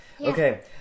Okay